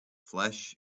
flesh